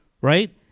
right